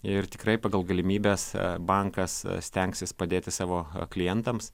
ir tikrai pagal galimybes bankas stengsis padėti savo klientams